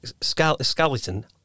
skeleton